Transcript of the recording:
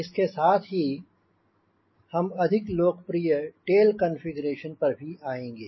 इसके साथ ही हम अधिक लोकप्रिय टेल कंफीग्रेशन पर भी आएंगे